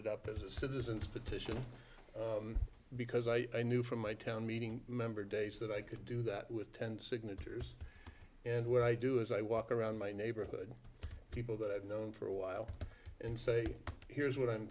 it up as a citizens petition because i knew from my town meeting member days that i could do that with ten signatures and what i do is i walk around my neighborhood people that i've known for a while and say here's what i'm